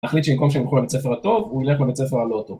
-חליט שבמקום שילכו לבית הספר הטוב, הוא ילך לבית הספר הלא טוב.